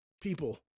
people